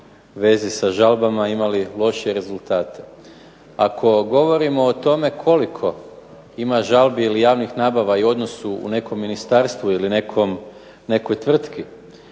vezi sa žalbama imali lošije rezultate. Ako govorimo o tome koliko ima žalbi ili javnih nabava i odnosu u nekom ministarstvu ili nekoj tvrtki,